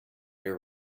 your